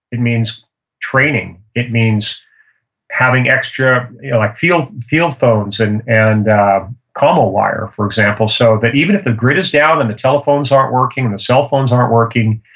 it means training. it means having extra you know like field field phones and and commo wire, for example, so that even if the grid is down and the telephones aren't working, and the cell phones aren't working,